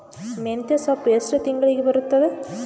ಮೆಂತ್ಯ ಸೊಪ್ಪು ಎಷ್ಟು ತಿಂಗಳಿಗೆ ಬರುತ್ತದ?